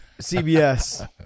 cbs